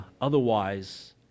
otherwise